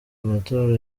amatora